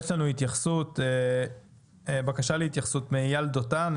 אז יש לנו בקשה להתייחסות מאייל דותן,